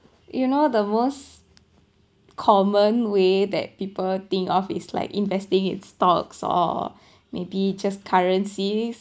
you know the most common way that people think of is like investing in stocks or maybe just currencies